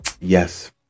Yes